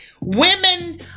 Women